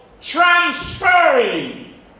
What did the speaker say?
transferring